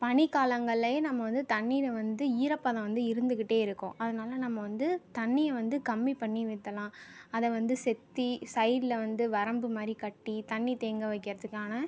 பனிக் காலங்களிலையும் நம்ம வந்து தண்ணீரை வந்து ஈரப்பதம் வந்து இருந்துகிட்டே இருக்கும் அதனால் நம்ம வந்து தண்ணியை வந்து கம்மி பண்ணி ஊற்றலாம் அதை வந்து செத்தி சைட்டில் வந்து வரப்பு மாதிரி கட்டி தண்ணி தேங்க வைக்கிறதுக்கான